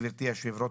גברתי היושבת-ראש,